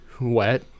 Wet